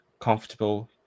comfortable